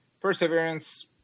Perseverance